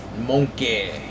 monkey